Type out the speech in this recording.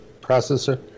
processor